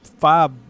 five